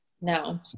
No